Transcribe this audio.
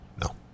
No